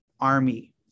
Army